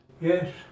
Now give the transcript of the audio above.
Yes